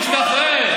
תשתחרר.